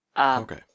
Okay